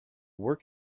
work